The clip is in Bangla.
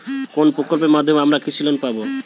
কোন প্রকল্পের মাধ্যমে আমরা কৃষি লোন পাবো?